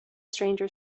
stranger